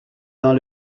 dans